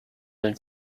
than